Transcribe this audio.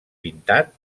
pintat